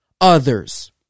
others